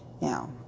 Now